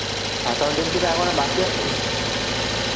আকাউন্টেন্সিটা এখনো বাকি আছে